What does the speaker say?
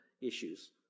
issues